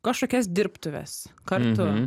kažkokias dirbtuves kartu